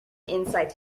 insight